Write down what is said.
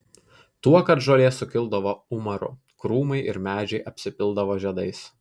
tuokart žolė sukildavo umaru krūmai ir medžiai apsipildavo žiedais